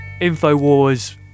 InfoWars